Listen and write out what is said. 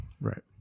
Right